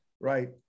right